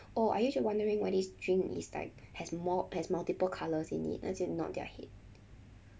orh are you keep wondering why this drink is like has more has multiple colours in it then they nod their head